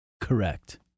Correct